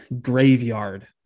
graveyard